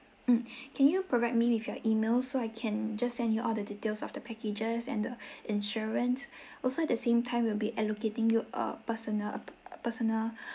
mm can you provide me with your email so I can just send you all the details of the packages and the insurance also at the same time will be allocating you err personal personal